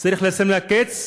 צריך לשים לה קץ,